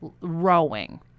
rowing